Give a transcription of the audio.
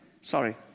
Sorry